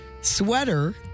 sweater